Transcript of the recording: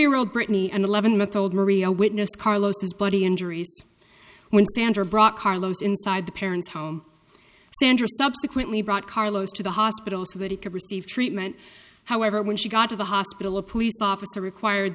year old brittany and eleven month old maria witnessed carlos's body injuries when sandra brought carlos inside the parents home sandra subsequently brought carlos to the hospital so that he could receive treatment however when she got to the hospital a police officer required